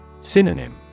Synonym